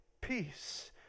peace